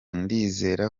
ndizera